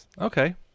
Okay